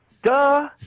Duh